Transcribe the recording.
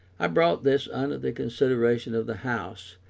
i brought this under the consideration of the house,